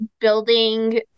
building